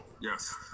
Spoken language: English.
Yes